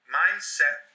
mindset